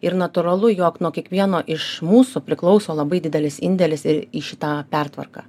ir natūralu jog nuo kiekvieno iš mūsų priklauso labai didelis indėlis ir į šitą pertvarką